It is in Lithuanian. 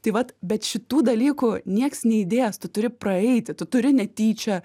tai vat bet šitų dalykų nieks neįdės tu turi praeiti tu turi netyčia